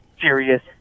serious